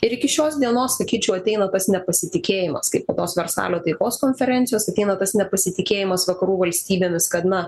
ir iki šios dienos sakyčiau ateina tas nepasitikėjimas kai po tos versalio taikos konferencijos ateina tas nepasitikėjimas vakarų valstybėmis kad na